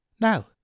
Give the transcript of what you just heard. now